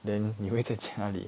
then 你会在家里